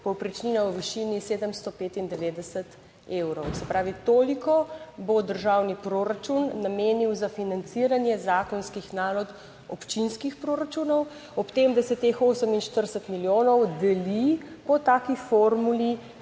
(nadaljevanje) evrov. Se pravi, toliko bo Državni proračun namenil za financiranje zakonskih nalog občinskih proračunov, ob tem da se teh 48 milijonov deli po taki formuli,